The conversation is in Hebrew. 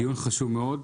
דיון חשוב מאוד.